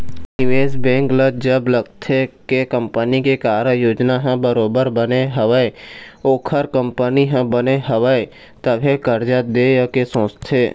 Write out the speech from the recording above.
निवेश बेंक ल जब लगथे के कंपनी के कारज योजना ह बरोबर बने हवय ओखर कंपनी ह बने हवय तभे करजा देय के सोचथे